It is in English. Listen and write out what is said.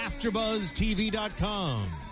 AfterBuzzTV.com